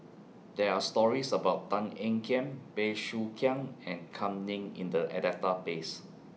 There Are stories about Tan Ean Kiam Bey Soo Khiang and Kam Ning in The Database